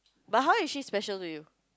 but how is she special to you